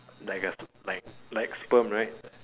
like a like like sperm right